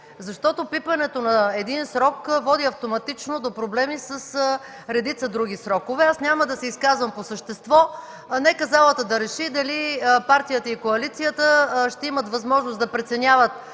Пипането на един срок води автоматично до проблеми с редица други срокове. Аз няма да се изказвам по същество. Нека залата да реши дали партията и коалицията ще имат възможност да преценяват